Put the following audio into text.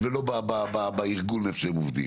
אני מירה סלומון, מרכז השלטון המקומי.